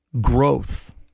growth